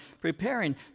preparing